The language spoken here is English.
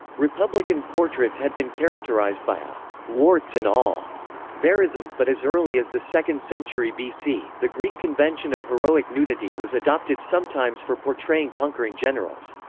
republican portraits had been characterized by a warts and all verism, but as early as the second century bc, the greek convention of heroic nudity was adopted sometimes for portraying conquering generals.